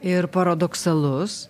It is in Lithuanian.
ir paradoksalus